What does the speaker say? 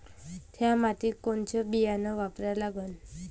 थ्या मातीत कोनचं बियानं वापरा लागन?